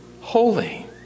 holy